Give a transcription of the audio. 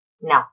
No